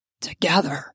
Together